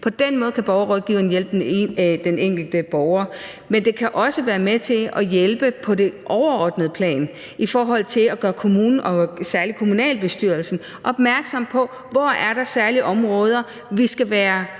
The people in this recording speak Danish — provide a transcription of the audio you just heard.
På den måde kan borgerrådgiveren hjælpe den enkelte borger. Men det kan også være med til at hjælpe på det overordnede plan i forhold til at gøre kommunen og særlig kommunalbestyrelsen opmærksom på: Hvor er der særlige områder, vi skal